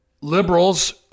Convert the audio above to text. liberals